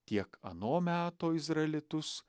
tiek ano meto izraelitus